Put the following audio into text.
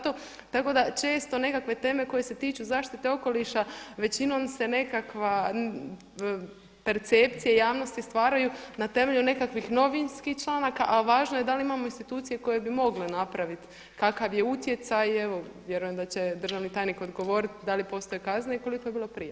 Tako da često nekakve teme koje se tiču zaštite okoliša većinom se nekakva percepcija javnosti stvaraju na temelju nekakvih novinskih članaka, a važno je da li imamo institucije koje bi mogle napraviti kakav je utjecaj i evo vjerujem da će državni tajnik odgovoriti da li postoji kazne i koliko je bilo prijava.